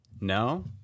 no